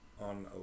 on